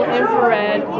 infrared